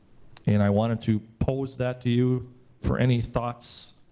and i wanted to pose that to you for any thoughts,